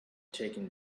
taking